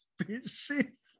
species